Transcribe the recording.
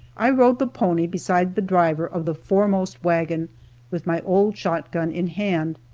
i rode the pony beside the driver of the foremost wagon with my old shot gun in hand.